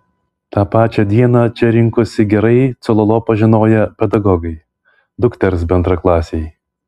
tą pačią dieną čia rinkosi gerai cololo pažinoję pedagogai dukters bendraklasiai